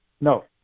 No